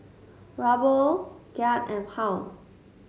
Ruble Kyat and Pound